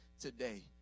today